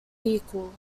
vehicle